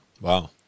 Wow